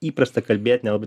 įprasta kalbėt nelabai